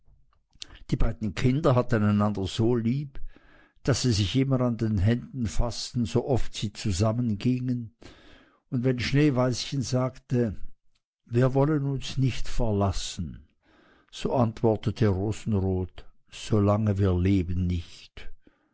die beiden kinder hatten einander so lieb daß sie sich immer an den händen faßten sooft sie zusammen ausgingen und wenn schneeweißchen sagte wir wollen uns nicht verlassen so antwortete rosenrot so lange wir leben nicht